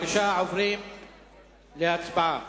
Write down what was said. עוברים להצבעה.